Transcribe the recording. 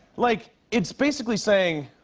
like, it's basically saying,